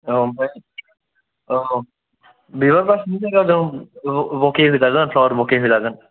आव आमफ्राय आव बेबो बास बुके होजागोन फ्लावार बुके होजागोन